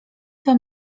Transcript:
wam